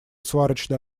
сварочный